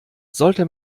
sollte